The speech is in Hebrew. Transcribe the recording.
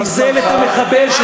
שחיסל את המחבל, תודה רבה.